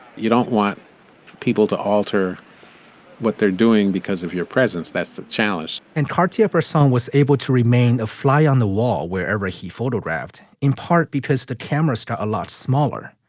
you don't want people to alter what they're doing because of your presence. that's the challenge and katya, her song was able to remain fly on the wall wherever he photographed. in part because the cameras to a lot smaller,